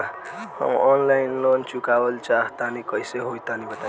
हम online loan चुकावल चाहऽ तनि कइसे होई तनि बताई?